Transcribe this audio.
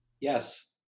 Yes